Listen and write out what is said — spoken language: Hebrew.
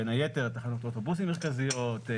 בין היתר תחנות אוטובוסים מרכזיות,